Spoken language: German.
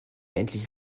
endlich